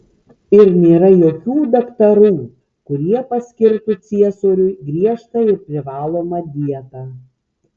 ir nėra jokių daktarų kurie paskirtų ciesoriui griežtą ir privalomą dietą